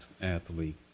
athlete